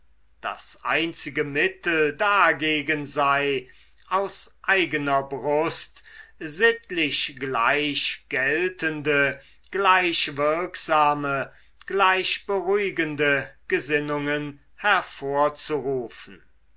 das einzige mittel dagegen sei aus eigener brust sittlich gleich geltende gleich wirksame gleich beruhigende gesinnungen hervorzurufen